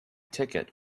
ticket